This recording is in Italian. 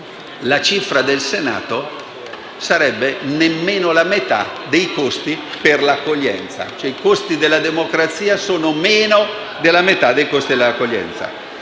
la cifra del Senato ammonterebbe a nemmeno la metà dei costi per l'accoglienza: i costi della democrazia sono - ripeto - meno della metà dei costi dell'accoglienza.